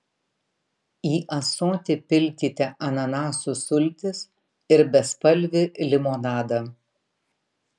į ąsotį pilkite ananasų sultis ir bespalvį limonadą